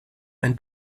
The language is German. ein